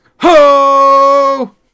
Ho